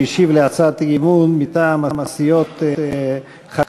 שהשיב על הצעת האי-אמון מטעם הסיעות חד"ש,